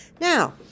Now